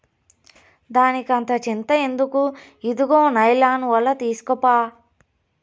దానికంత చింత ఎందుకు, ఇదుగో నైలాన్ ఒల తీస్కోప్పా